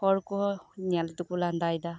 ᱦᱚᱲ ᱠᱚᱦᱚᱸ ᱧᱮᱞ ᱛᱮᱠᱚ ᱞᱟᱸᱫᱟᱭᱮᱫᱟ